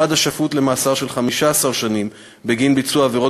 אחד השפוט למאסר של 15 שנים בגין ביצוע עבירות